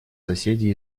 соседи